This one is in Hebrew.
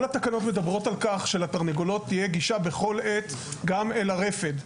כל התקנות מדברות על כך שלתרנגולות תהיה גישה בכל עת גם אל הרפד.